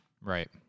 Right